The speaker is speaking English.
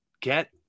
get